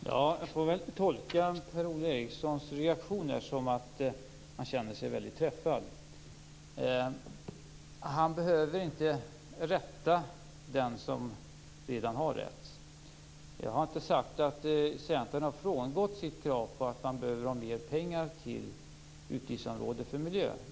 Herr talman! Jag får väl tolka Per-Ola Erikssons reaktioner som att han känner sig väldigt träffad. Han behöver inte rätta den som redan har rätt. Jag har inte sagt att Centern har frångått sitt krav på att det behövs mer pengar till utgiftsområdet för miljö.